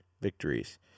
victories